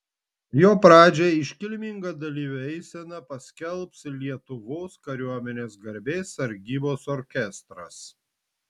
jo pradžią iškilminga dalyvių eisena paskelbs lietuvos kariuomenės garbės sargybos orkestras